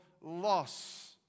loss